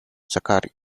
zachary